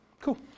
cool